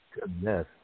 Goodness